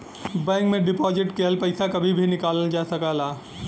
bank में deposit किहल पइसा कभी भी निकालल जा सकला